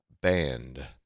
band